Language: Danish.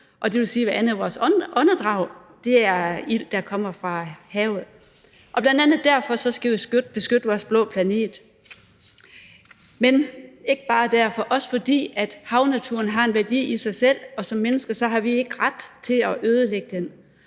at hvert andet af vores åndedrag er med ilt, der kommer fra havet, og bl.a. derfor skal vi beskytte vores blå planet. Men det skal ikke bare være derfor, også fordi havnaturen har en værdi i sig selv, og som mennesker har vi ikke ret til at ødelægge den.